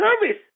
service